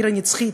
העיר הנצחית,